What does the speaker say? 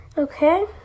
Okay